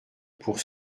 pour